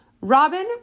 Robin